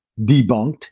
debunked